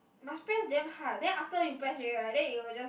must press damn hard then after you press ready right that it was just